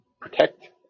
protect